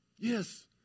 Yes